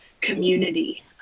community